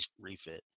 refit